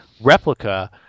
replica